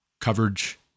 coverage